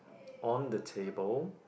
on the table